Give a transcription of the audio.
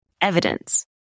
evidence